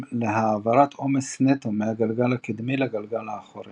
להעברת עומס נטו מהגלגל הקדמי לגלגל האחורי.